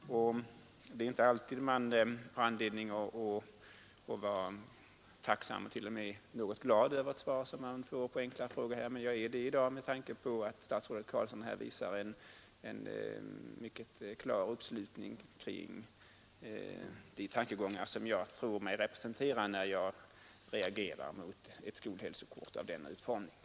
Det är inte alltid man har anledning att vara tacksam och t.o.m. något glad över svar som man får på enkla frågor, men jag är det i dag med tanke på att statsrådet Carlsson visar en mycket klar uppslutning kring de tankegångar som jag tror mig representera när jag reagerar mot ett skolhälsokort av denna utformning.